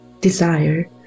desire